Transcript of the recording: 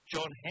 John